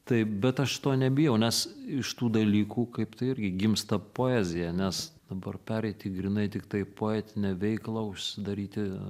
taip bet aš to nebijau nes iš tų dalykų kaip tai irgi gimsta poezija nes dabar pereiti į grynai tiktai poetinę veiklą užsidaryti